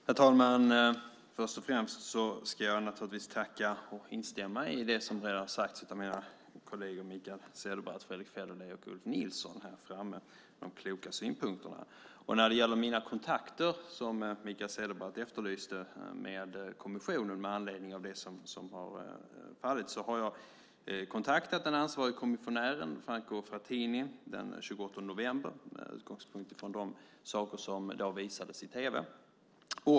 Herr talman! Först och främst ska jag tacka för och instämma i de kloka synpunkter som mina kolleger Mikael Cederbratt, Fredrick Federley och Ulf Nilsson framfört. När det gäller mina kontakter med kommissionen, som Mikael Cederbratt efterlyste, med anledning av det som varit har jag den 28 november kontaktat den ansvarige kommissionären Franco Frattini, detta med utgångspunkt från de saker som då visades i tv.